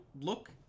look